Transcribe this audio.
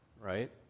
right